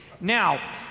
Now